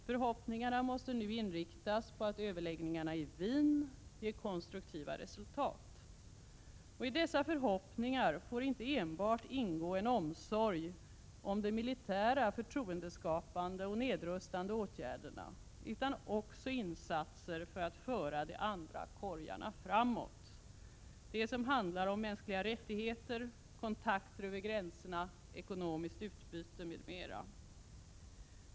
Förhoppningarna måste nu inriktas på att överläggningarna i Wien ger konstruktiva resultat. I dessa förhoppningar får inte enbart ingå en omsorg om de militära förtroendeskapande och nedrustande åtgärderna utan också insatser för att föra de andra korgarna framåt — de som handlar om mänskliga rättigheter, kontakter över gränserna, ekonomiskt utbyte m.m.